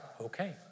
Okay